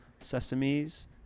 sesames